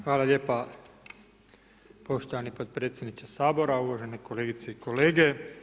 Hvala lijepa poštovani potpredsjedniče Sabora, uvažene kolegice i kolege.